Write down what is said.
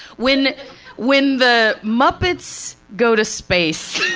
when when the muppets go to space,